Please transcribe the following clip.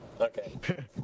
Okay